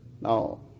Now